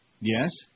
Yes